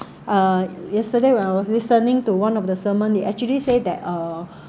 uh yesterday when I was listening to one of the sermon they actually say that uh